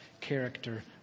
character